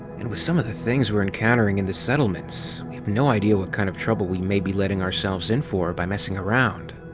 and with some of the things we're encountering in the settlements, we have no idea of what kind of trouble we may be letting ourselves in for by messing around.